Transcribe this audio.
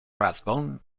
rathbone